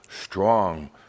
strong